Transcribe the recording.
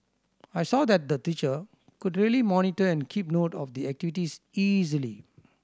I saw that the teacher could really monitor and keep note of the activities easily